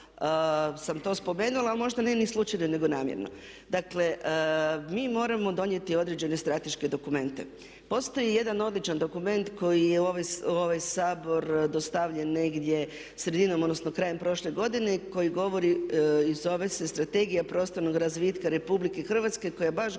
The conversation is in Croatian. sam to spomenula, a možda ne ni slučajno nego namjerno. Dakle, mi moramo donijeti određene strateške dokumente. Postoji jedan običan dokument koji je u ovaj Sabor dostavljen negdje sredinom odnosno krajem prošle godine koji govori i zove se Strategija prostornog razvitka Republike Hrvatske koja baš govori